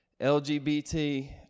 LGBT